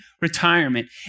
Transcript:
retirement